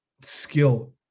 skill